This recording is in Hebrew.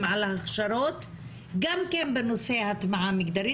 על ההכשרות גם כן בנושא הטמעה מגדרית.